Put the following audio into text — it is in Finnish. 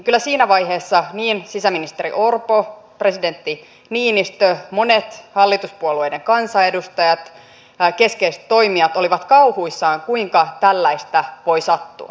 kyllä siinä vaiheessa sisäministeri orpo presidentti niinistö monet hallituspuolueiden kansanedustajat nämä keskeiset toimijat olivat kauhuissaan kuinka tällaista voi sattua